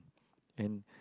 and